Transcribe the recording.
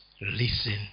listen